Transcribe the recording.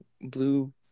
blue